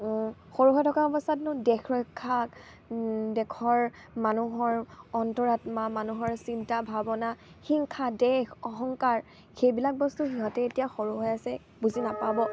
সৰু হৈ থকা অৱস্থাতনো দেশ ৰক্ষা দেশৰ মানুহৰ অন্তৰাত্মা মানুহৰ চিন্তা ভাৱনা হিংসা দ্বেষ অহংকাৰ সেইবিলাক বস্তু সিহঁতে এতিয়া সৰু হৈ আছে বুজি নাপাব